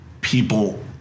people